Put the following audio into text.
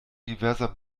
diverser